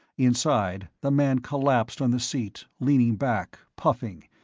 inside, the man collapsed on the seat, leaning back, puffing,